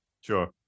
Sure